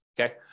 okay